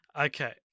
Okay